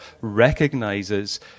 recognises